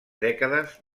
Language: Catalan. dècades